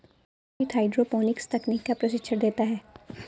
मोहित hydroponics तकनीक का प्रशिक्षण देता है